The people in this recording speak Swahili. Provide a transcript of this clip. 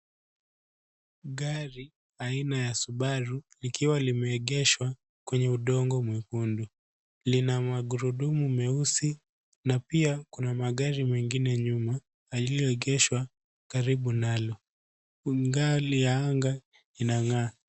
Gari aina ya Subaru likiwa limeegeshwa kwenye udongo mwekundu, lina magurudumu meusi na pia kuna magari mengine nyuma iliyoegeshwa karibu nalo, hali ya anga inang'aa.